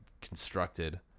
constructed